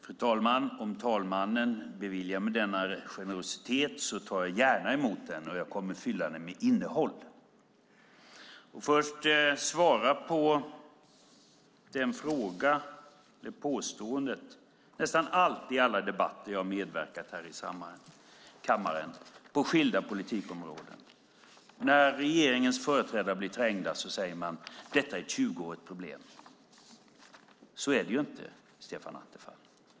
Fru talman! Om fru talmannen beviljar mig denna generositet tar jag gärna emot den, och jag kommer att fylla den med innehåll. Jag ska först kommentera ett påstående. I nästan alla debatter på skilda politikområden som jag har deltagit i här i kammaren säger regeringens företrädare när de blir trängda: Detta är ett 20-årigt problem. Så är det inte, Stefan Attefall.